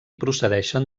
procedeixen